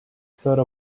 thought